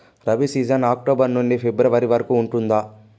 rabi season October నుండి ఫిబ్రవరి వరకు ఉంటుంది